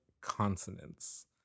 consonants